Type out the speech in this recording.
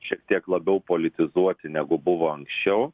šiek tiek labiau politizuoti negu buvo anksčiau